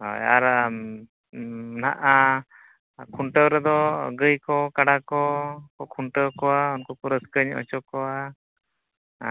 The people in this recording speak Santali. ᱦᱳᱭ ᱟᱨ ᱱᱟᱦᱟᱸᱜ ᱠᱷᱩᱱᱴᱟᱹᱣ ᱨᱮᱫᱚ ᱜᱟᱹᱭ ᱠᱚ ᱠᱟᱰᱟ ᱠᱚᱠᱚ ᱠᱷᱩᱱᱴᱟᱹᱣ ᱠᱚᱣᱟ ᱩᱱᱠᱩ ᱠᱚ ᱨᱟᱹᱥᱠᱟᱹ ᱧᱚᱜ ᱦᱚᱪᱚ ᱠᱚᱣᱟ